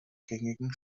gängigen